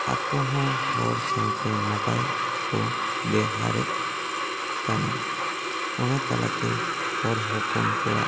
ᱟᱠᱚ ᱦᱚᱸ ᱦᱚᱲ ᱥᱟᱶᱛᱮ ᱱᱟᱯᱟᱭ ᱠᱚ ᱵᱮᱣᱦᱟᱨᱮᱫ ᱠᱟᱱᱟ ᱚᱱᱟ ᱛᱟᱞᱟ ᱛᱮ ᱦᱚᱲ ᱦᱚᱯᱚᱱ ᱠᱚᱣᱟᱜ